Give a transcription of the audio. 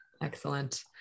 Excellent